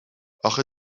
آخه